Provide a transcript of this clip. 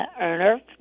earner